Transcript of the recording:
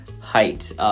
height